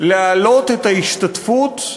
בא להעלות את ההשתתפות,